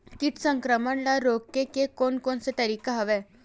कीट संक्रमण ल रोके के कोन कोन तरीका हवय?